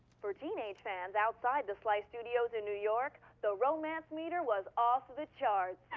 for teenage fans outside the slice studios in new york, the romance meter was off the charts.